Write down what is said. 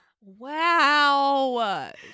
Wow